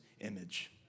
image